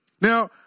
Now